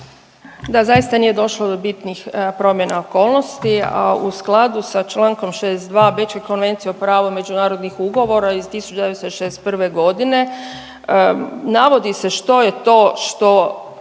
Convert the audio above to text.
Da, zaista nije došlo do bitnih promjena okolnosti, a u skladu sa člankom 62. Bečke konvencije o pravu međunarodnih ugovora iz 1961. godine navodi se što je to što